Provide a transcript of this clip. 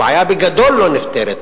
הבעיה בגדול לא נפתרת,